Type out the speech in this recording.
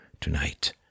tonight